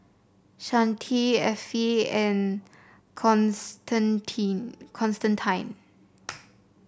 Shante Effie and Constantine